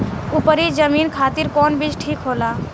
उपरी जमीन खातिर कौन बीज ठीक होला?